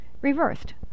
Reversed